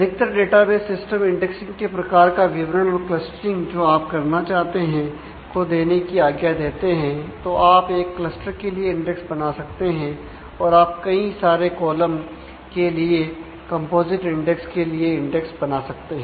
अधिकतर database system indexing के प्रकार का विवरण और क्लस्टरिंग बना सकते हैं